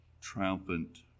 triumphant